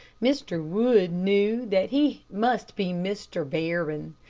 mr. wood knew that he must be mr. barron,